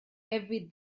every